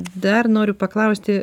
dar noriu paklausti